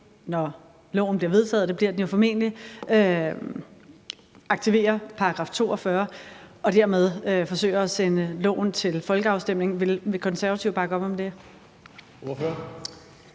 når loven bliver vedtaget, og det bliver den formentlig, aktiverer § 42 og dermed forsøger at sende loven til folkeafstemning. Vil De Konservative bakke op om det?